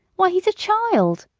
why, he's a child!